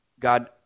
God